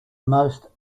most